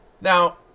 Now